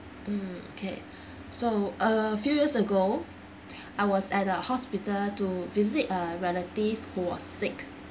mm okay so a few years ago I was at the hospital to visit a relative who was sick